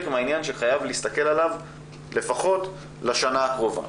מהעניין שחייבים להסתכל עליו לפחות לשנה הקרובה.